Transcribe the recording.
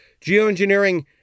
geoengineering